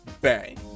Bang